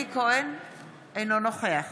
אינו נוכח